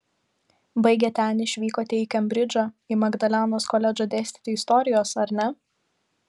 baigę ten išvykote į kembridžą į magdalenos koledžą dėstyti istorijos ar ne